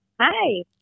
Hi